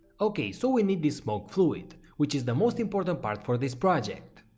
ok, so we need this smoke fluid which is the most important part for this project.